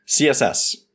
CSS